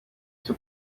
cyo